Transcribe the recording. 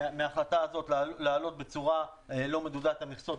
מההחלטה הזאת להעלות בצורה לא מדודה את המכסות,